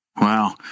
wow